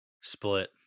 Split